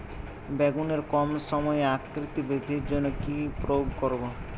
বেগুনের কম সময়ে আকৃতি বৃদ্ধির জন্য কি প্রয়োগ করব?